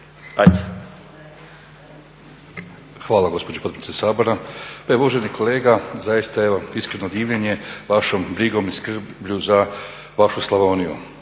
Hvala gospođo potpredsjednice Sabora. Pa evo uvaženi kolega, zaista iskreno divljenje vašom brigom i skrblju za vašu Slavoniju